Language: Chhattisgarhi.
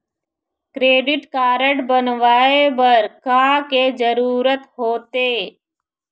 क्रेडिट कारड बनवाए बर का के जरूरत होते?